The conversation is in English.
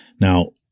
Now